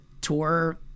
tour